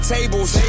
Tables